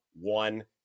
one